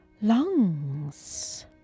Lungs